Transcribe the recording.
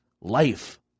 life